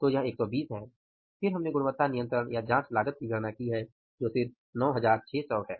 तो यह 120 है और फिर हमने गुणवत्ता नियंत्रण या जाँच लागत की गणना की है जो सिर्फ 9600 है